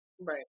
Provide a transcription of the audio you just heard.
Right